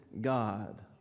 God